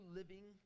living